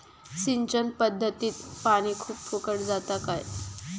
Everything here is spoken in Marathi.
सिंचन पध्दतीत पानी खूप फुकट जाता काय?